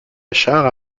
achard